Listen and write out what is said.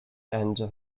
and